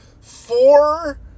Four